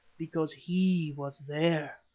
because he was there.